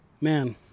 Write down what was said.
Man